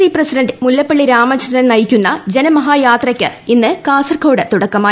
C president Mullappally Ramachandran നയിക്കുന്ന ജനമഹായാത്രയ്ക്ക് ഇന്ന് കാസർകോട് തുടക്കമായി